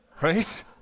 Right